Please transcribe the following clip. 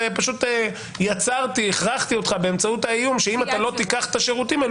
ופשוט הכרחתי אותך באמצעות האיום שאם לא תיקח את השירותים האלה